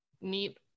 neat